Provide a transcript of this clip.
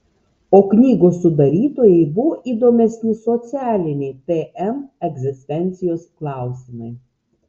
o knygos sudarytojai buvo įdomesni socialiniai tm egzistencijos klausimai